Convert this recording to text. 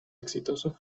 exitoso